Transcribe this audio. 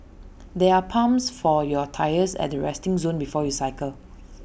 there are pumps for your tyres at the resting zone before you cycle